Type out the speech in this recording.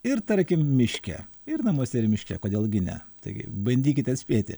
ir tarkim miške ir namuose ir miške kodėl gi ne taigi bandykite atspėti